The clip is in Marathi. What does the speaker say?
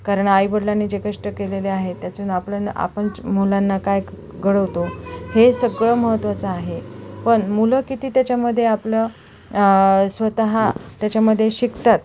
कारण आईवडिलांनी जे कष्ट केलेले आहेत त्याचन आपल्या आपण मुलांना काय घडवतो हे सगळं महत्त्वाचं आहे पण मुलं किती त्याच्यामध्ये आपलं स्वतः त्याच्यामध्ये शिकतात